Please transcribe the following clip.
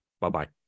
Bye-bye